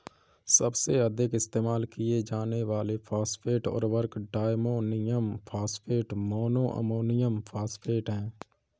सबसे अधिक इस्तेमाल किए जाने वाले फॉस्फेट उर्वरक diammonium phosphate, mono ammonium phosphate हैं